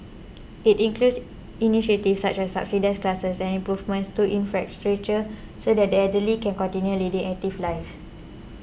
it includes initiatives such as subsidised classes and improvements to infrastructure so that the elderly can continue leading active lives